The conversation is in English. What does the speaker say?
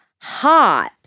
hot